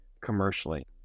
commercially